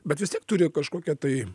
bet vis tiek turi kažkokia tai